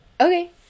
Okay